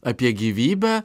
apie gyvybę